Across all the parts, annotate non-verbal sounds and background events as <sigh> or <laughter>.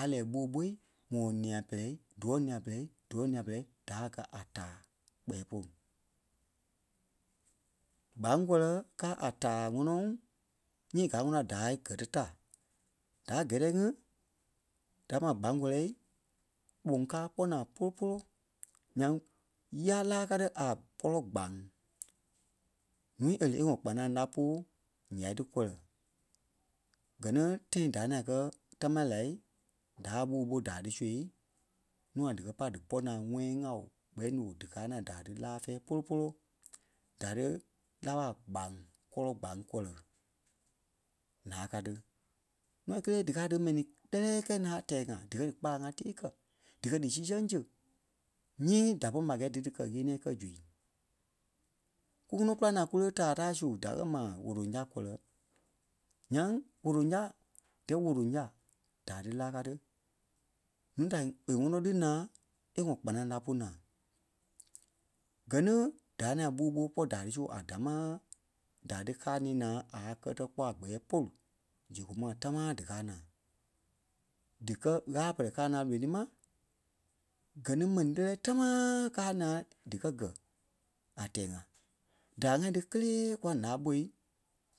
a lɛ́ɛ ɓûu ɓôi ŋɔ nîa-pɛlɛɛ díwɔ̀ nîa-pɛlɛɛ diwɔ̀ nîa-pɛlɛɛ da gɛ̀ a taai kpɛ̀ɛ pôlu. Gbaŋ kɔlɔ káa a taa ŋɔnɔ nyii gaa ŋɔnɔ a daai kɛtɛ ta. Daai kɛ̀tɛ ŋí da ma gbaŋ kɔlɔ kpɔŋ káa kpɔ́ naa poo-poloo nyaŋ yá láa kaa ti a pɔlɔ gbaŋ. Ǹúui é lí e ŋɔ kpanaŋ láa pu yà ti kɔlɔ, gɛ ni tãi da naa kɛ tamaa la da ɓûu ɓó daai ti su nûa díkɛ pá di ɓo naa wɛyaŋ ŋa ooooo gbɛɛ ni ooo dikaa naa daai ti laa fɛ̃ɛ poo-poloo. Daai ti láa ɓa gbaŋ kɔ̀lɔ gbaŋ kɔlɔ ǹáa kaa ti. Nûa kélee di kaa dímɛni lɛlɛɛ kɛ̂i naa a tɛɛ ŋa dikɛ dí kpalaŋ ŋa tii kɛ, dikɛ di sii sɛŋ si nyii da pɔ̂ri ma a gɛɛ dí di kɛ-ɣeniɛi kɛ zui. Ku ŋɔnɔ kula naa kú lí taai da su da kɛ́ ma woleŋ-ya kɔlɔ. Nyaŋ woleŋ ya díyɛɛ woleŋ ya daai ti láa ka ti. Núu da e ŋɔnɔ lí naa é ŋɔ kpanaŋ lá pú naa. Gɛ ni da naa ɓûu ɓó kpɔ́ daai ti su a damaa daai ti káa ni naa a kɛ́tɛ kpɔ́ a gbɛ̀ɛ pôlu <unintelligible> tamaa dikaa naa. Dí kɛ Ɣâla pɛrɛ kaa naa lonii ma, gɛ ni mɛni lɛlɛɛ támaaa káa naa dikɛ gɛ̀ a tɛɛ ŋa. Daai ŋai ti kélee kwa láa ɓó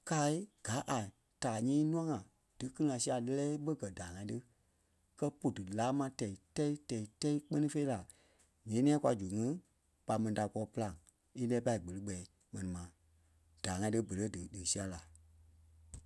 kâai gaa a taa nyii nûa ŋai dí kili-ŋa sia lɛ́lɛɛ ɓé gɛ daai ŋai ti kɛ pú dí láa ma tɛi-tɛ́i tɛi-tɛ́i kpɛni fêi la ŋ̀eniɛi kwa zu ŋí ɓa mɛni da kɔɔ pîlaŋ í lɛ́ɛ pâi kpeli kpɛɛ mɛni ma daai ŋai di- di sia la.